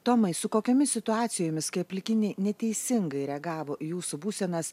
tomai su kokiomis situacijomis kai aplikiniai neteisingai reagavo į jūsų būsenas